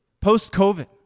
post-COVID